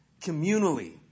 communally